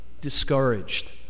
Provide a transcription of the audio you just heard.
discouraged